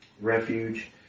Refuge